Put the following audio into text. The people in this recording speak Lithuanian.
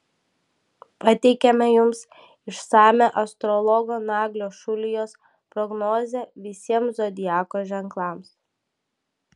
pateikiame jums išsamią astrologo naglio šulijos prognozę visiems zodiako ženklams